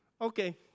Okay